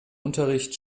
unterricht